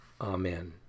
Amen